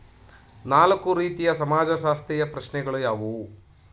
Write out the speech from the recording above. ನಾಲ್ಕು ರೀತಿಯ ಸಮಾಜಶಾಸ್ತ್ರೀಯ ಪ್ರಶ್ನೆಗಳು ಯಾವುವು?